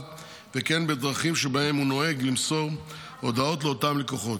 וכן בדרכים שבהן הוא נוהג למסור הודעות לאותם לקוחות.